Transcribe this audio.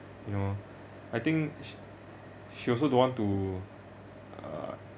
you know I think sh~ she also don't want to uh